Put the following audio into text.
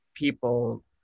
people